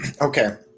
Okay